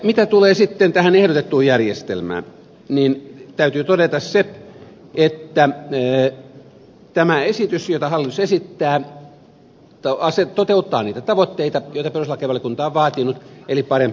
mitä tulee sitten tähän ehdotettuun järjestelmään niin täytyy todeta se että tämä esitys jota hallitus esittää toteuttaa niitä tavoitteita joita perustuslakivaliokunta on vaatinut eli parempaa suhteellisuutta